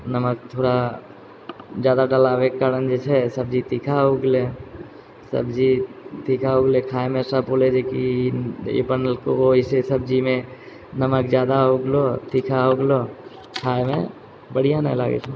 नमक थोड़ा जादा डलाबेके कारण जे छै सब्जी तीखा हो गेले सब्जी तीखा हो गेले खायमे सब बोलै रहै कि के बनेलकौ है ऐसे ई सब्जीमे एहिमे नमक ज्यादा हो गेलो तीखा हो गेलो खायमे बढ़िआँ नहि लागैत रहै